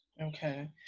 Okay